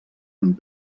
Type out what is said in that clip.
amb